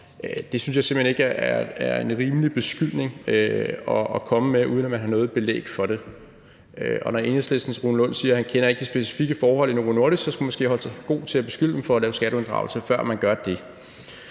jeg simpelt hen ikke er en rimelig beskyldning at komme med uden at have noget belæg for det. Og når Enhedslistens Rune Lund siger, at han ikke kender de specifikke forhold i Novo Nordisk, så skulle han måske holde sig for god til at beskylde dem for at lave skatteunddragelse, før han gør det.